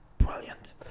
Brilliant